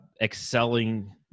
excelling